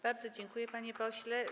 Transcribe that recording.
Bardzo dziękuję, panie pośle.